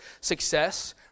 success